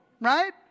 right